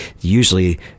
usually